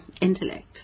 intellect